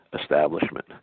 establishment